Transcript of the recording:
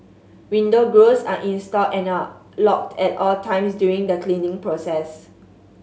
window grilles are installed and are locked at all times during the cleaning process